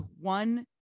one